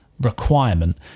requirement